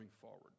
forward